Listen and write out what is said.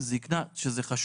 באזור שלי, ואני